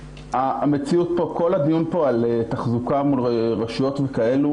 כל הדיון על תחזוקה מול רשויות וכאלו